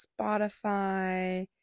Spotify